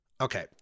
Okay